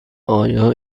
آیا